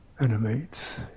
animates